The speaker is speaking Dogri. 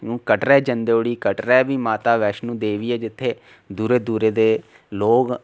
कटरै जंदे उठी कटरै बी माता बैश्नों देवी ऐ जित्थै दूरू दूरू लोग